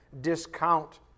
discount